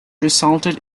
resulted